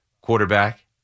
quarterback